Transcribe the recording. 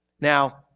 Now